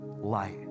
light